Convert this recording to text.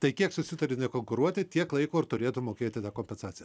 tai kiek susitari nekonkuruoti tiek laiko ir turėtų mokėti tą kompensaciją